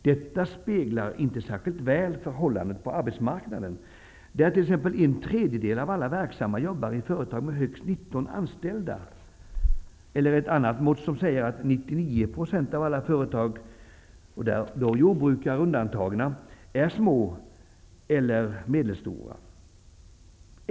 Detta speglar inte särskilt väl förhållandet på arbetsmarknaden, där t.ex. en tredjedel av alla verksamma jobbar i företag med högst 19 anställda -- ett annat mått är att 99 % av alla företag, jordbrukare undantagna, är små eller medelstora.